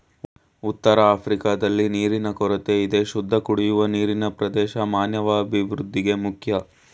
ಉತ್ತರಆಫ್ರಿಕಾದಲ್ಲಿ ನೀರಿನ ಕೊರತೆಯಿದೆ ಶುದ್ಧಕುಡಿಯುವ ನೀರಿನಪ್ರವೇಶ ಮಾನವಅಭಿವೃದ್ಧಿಗೆ ಮುಖ್ಯ